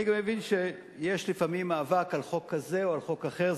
אני גם מבין שיש לפעמים מאבק על חוק כזה או על חוק אחר,